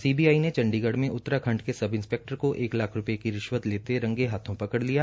CBI ने चंडीगढ़ में उत्तराखंड के सब इंसपेक्टर को एक लाख रूपये की रिश्वत लेते हुये रंगे हाथ पड़ लिया